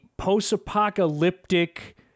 post-apocalyptic